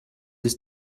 ist